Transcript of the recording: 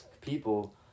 people